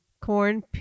corn